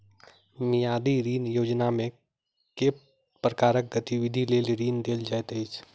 मियादी ऋण योजनामे केँ प्रकारक गतिविधि लेल ऋण देल जाइत अछि